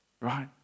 right